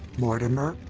mortimer,